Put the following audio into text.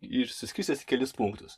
išsiskirstęs į kelis punktus